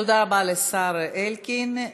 תודה רבה לשר אלקין.